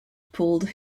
pulled